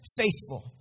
faithful